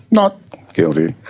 not guilty,